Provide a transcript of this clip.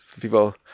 people